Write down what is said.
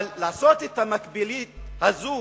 אבל לעשות את המקבילית הזאת,